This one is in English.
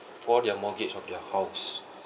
for their mortgage of their house